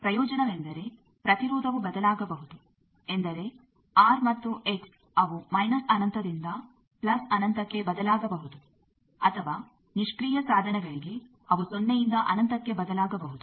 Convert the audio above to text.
ಪ್ರಯೋಜನವೆಂದರೆ ಪ್ರತಿರೋಧವು ಬದಲಾಗಬಹುದು ಎಂದರೆ ಆರ್ ಮತ್ತು ಎಕ್ಸ್ ಅವು ಮೈನಸ್ ಅನಂತದಿಂದ ಪ್ಲಸ್ ಅನಂತಕ್ಕೆ ಬದಲಾಗಬಹುದು ಅಥವಾ ನಿಷ್ಕ್ರಿಯ ಸಾಧನಗಳಿಗೆ ಅವು ಸೊನ್ನೆಯಿಂದ ಅನಂತಕ್ಕೆ ಬದಲಾಗಬಹುದು